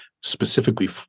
specifically